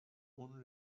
اون